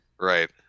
Right